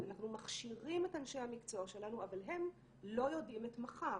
אנחנו מכשירים את אנשי המקצוע שלנו אבל הם לא יודעים את מחר.